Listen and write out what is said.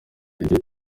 igihe